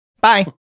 bye